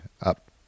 up